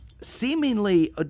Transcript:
seemingly